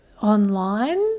online